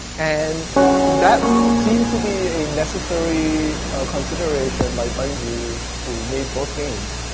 and that seems to be a necessary consideration by bungie, who made both games,